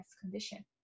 condition